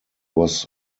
was